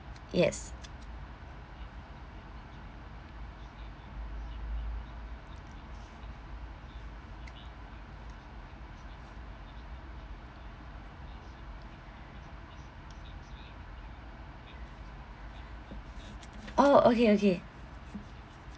yes oh okay okay